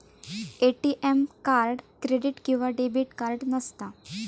ATM card credit किंवा debit card नसता